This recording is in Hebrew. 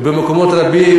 ובמקומות רבים,